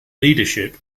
leadership